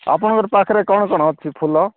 ଆପଣଙ୍କର ପାଖରେ କ'ଣ କ'ଣ ଅଛି ଫୁଲ